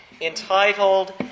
entitled